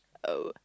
oh